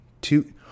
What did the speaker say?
two